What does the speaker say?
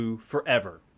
forever